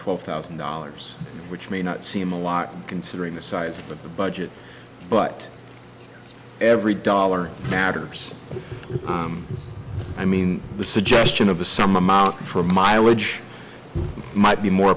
twelve thousand dollars which may not seem a lot considering the size of the budget but every dollar matters i mean the suggestion of a some amount for mileage might be more